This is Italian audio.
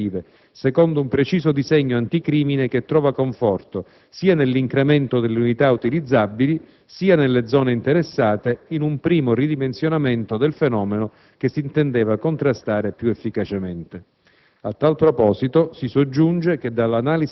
a un più intenso raccordo delle attività investigative, secondo un preciso disegno anticrimine che trova conforto sia nell'incremento delle unità utilizzabili, sia, nelle zone interessate, in un primo ridimensionamento del fenomeno che si intendeva contrastare più efficacemente.